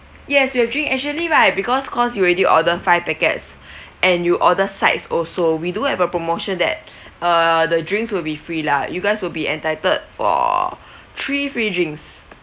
yes we have drink actually right because cause you already order five packets and you order sides also we do have a promotion that err the drinks will be free lah you guys will be entitled for three free drinks